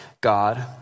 God